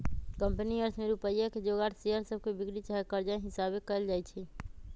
company अर्थ में रुपइया के जोगार शेयर सभके बिक्री चाहे कर्जा हिशाबे कएल जाइ छइ